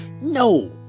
No